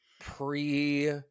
pre